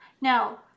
now